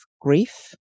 grief